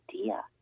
idea